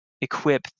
equip